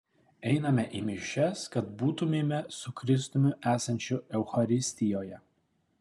einame į mišias kad būtumėme su kristumi esančiu eucharistijoje